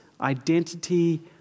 identity